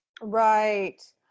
Right